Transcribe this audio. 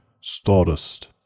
STARDUST